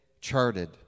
charted